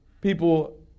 people